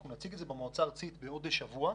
אנחנו נציג את זה במועצה הארצית עוד שבוע.